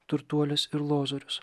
turtuolis ir lozorius